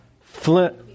flint